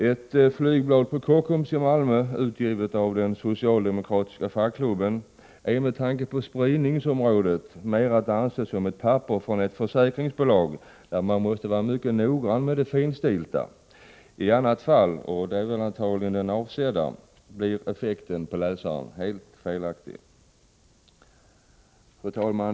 Ett flygblad utgivet av den socialdemokratiska fackklubben på Kockums i Malmö är med tanke på spridningsområdet mer att anses som ett papper från ett försäkringsbolag, och man måste vara mycket noga då det gäller att läsa det finstilta. I annat fall, och det är antagligen avsikten, får läsaren en helt felaktig bild. Fru talman!